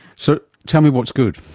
so tell me what's good.